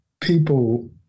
people